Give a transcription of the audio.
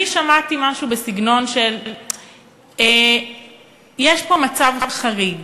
אני שמעתי משהו בסגנון של "יש פה מצב חריג".